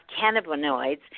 cannabinoids